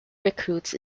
recruits